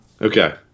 Okay